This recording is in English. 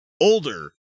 older